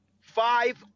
five